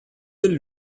del